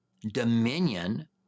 dominion